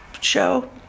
show